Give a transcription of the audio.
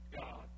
God